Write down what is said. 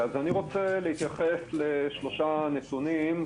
אני רוצה להתייחס לשלושה נתונים.